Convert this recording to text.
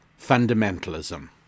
fundamentalism